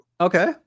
okay